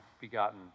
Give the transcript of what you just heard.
begotten